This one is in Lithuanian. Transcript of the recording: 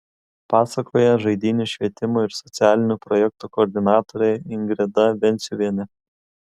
pasakoja žaidynių švietimo ir socialinių projektų koordinatorė ingrida venciuvienė